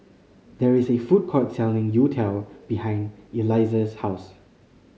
there is a food court selling youtiao behind Eliezer's house